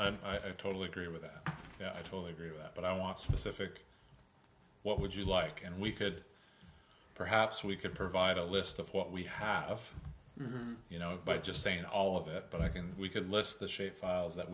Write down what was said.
i totally agree with that i totally agree with that but i want specific what would you like and we could perhaps we could provide a list of what we have you know by just saying all of it but i think we could list the shape